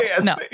no